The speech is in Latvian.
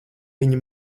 viņa